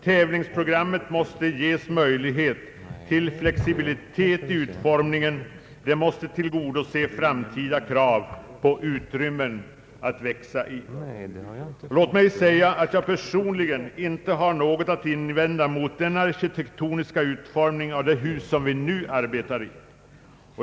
Tävlingsprogrammet måste ges möjlighet till flexibilitet i utformningen, det måste tillgodose framtida krav på utrymmen att växa i. Låt mig säga att jag personligen inte har något att invända mot den arkitektoniska utformningen av det hus som vi nu arbetar i.